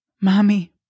Mommy